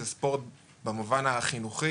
זה ספורט במובן חינוכי